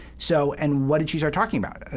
so and what did she start talking about? ah